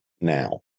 now